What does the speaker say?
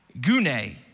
gune